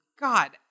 God